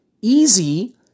easy